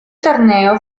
torneo